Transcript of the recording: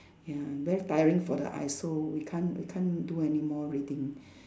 ya very tiring for the eyes so we can't we can't do anymore reading